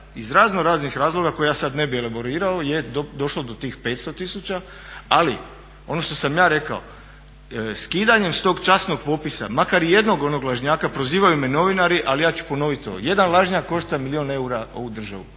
Iz raznoraznih razloga koje ja sad ne bih elaborirao je došlo do tih 500 tisuća, ali ono što sam ja rekao skidanjem s tog časnog popisa makar i jednog onog lažnjaka, prozivaju me novinari, ali ja ću ponoviti to. Jedan lažnjak košta milijun eura ovu državu.